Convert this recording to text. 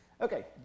Okay